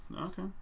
Okay